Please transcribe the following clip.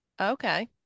Okay